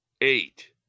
eight